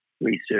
research